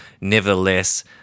nevertheless